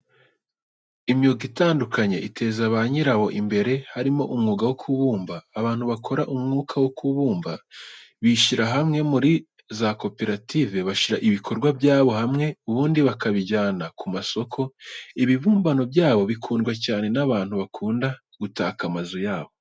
Imyuga itandukanye iteza ba nyirawo imbere, harimo umwuga wo kubumba. Abantu bakora umwuka wo kubumba bishyira hamwe muri za koperative, bashyira ibikorwa byabo hamwe ubundi bakabijyana ku ma soko. Ibibumbano byabo bikundwa cyane n'abantu bakunda gutaka amazu yabo.